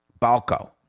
Balco